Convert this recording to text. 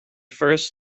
first